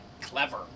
clever